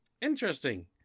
interesting